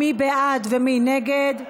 מי בעד ומי נגד?